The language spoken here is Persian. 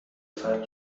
فرد